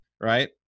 Right